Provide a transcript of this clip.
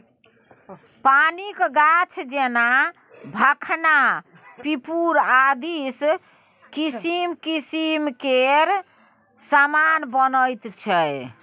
पानिक गाछ जेना भखना पिपुर आदिसँ किसिम किसिम केर समान बनैत छै